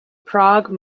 prague